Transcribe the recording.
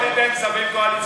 במשרד החינוך,